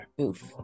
Oof